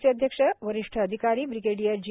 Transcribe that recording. चे अध्यक्ष वरिष्ठ अधिकारी ब्रिगेडियन जी